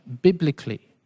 biblically